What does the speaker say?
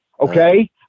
Okay